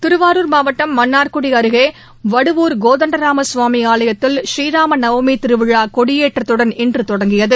திருவாளர் மாவட்டம் மன்னார்குடிஅருகேவடுவூர் கோதண்டராமசுவாமிஆலயத்தில் ப்பீராமநவமிதிருவிழாகொடியேற்றத்துடன் இன்றுதொடங்கியது